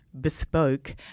bespoke